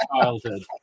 childhood